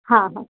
हाँ हाँ